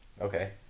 Okay